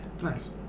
Nice